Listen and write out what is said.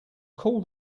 call